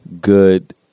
good